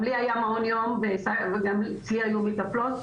גם לי היה מעון יום וגם אצלי היו מטפלות.